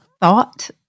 thought